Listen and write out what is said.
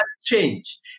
change